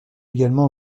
également